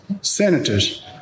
senators